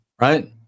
right